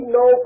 no